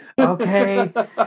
Okay